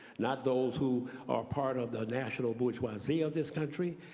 not those who are part of the national bourgeoisie of this country.